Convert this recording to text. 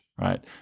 right